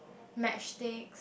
match sticks